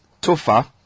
Tofa